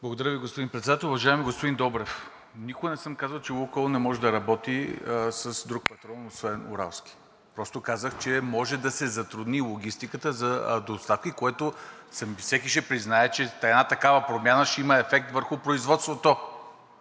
Благодаря Ви, господин Председател. Уважаеми господин Добрев, никога не съм казвал, че „Лукойл“ не може да работи с друг петрол освен уралски. Просто казах, че може да се затрудни логистиката за доставки, и всеки ще признае, че една такава промяна ще има ефект върху производството.